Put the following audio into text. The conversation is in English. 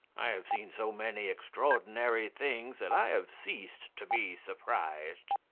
i have seen so many extraordinary things that i have ceased to be surprised.